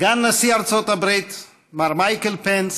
סגן נשיא ארצות הברית מר מייקל פנס,